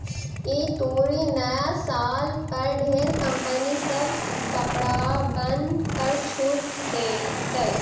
ई तुरी नया साल पर ढेर कंपनी सब कपड़बन पर छूट देतई